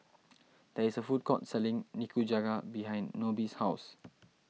there is a food court selling Nikujaga behind Nobie's house